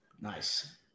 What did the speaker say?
Nice